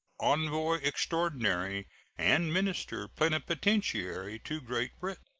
envoy extraordinary and minister plenipotentiary to great britain.